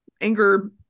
anger